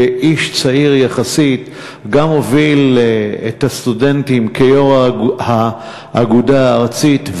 כאיש צעיר יחסית גם הוביל את הסטודנטים כיו"ר האגודה הארצית,